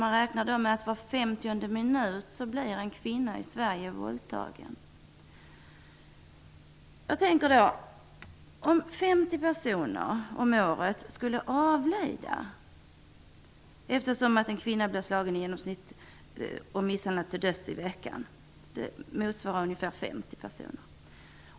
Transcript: Man räknar med att var femtionde minut blir en kvinna i Sverige våldtagen. En kvinna i veckan i genomsnitt blir slagen och misshandlad till döds. Det motsvarar ungefär 50 personer.